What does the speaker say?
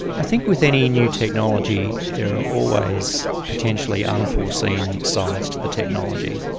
i think with any new technology there are always potentially unforeseen sides to the technology.